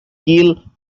keel